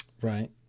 Right